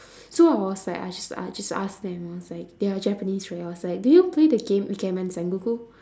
so I was like I jus~ I just ask them I was like they are japanese right I was like do y'all play the game ikemen sengoku